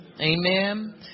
Amen